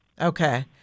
okay